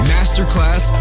Masterclass